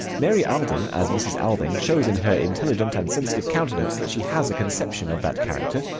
mary alden as mrs. alving shows in her intelligent and sensitive countenance that she has a conception of that character.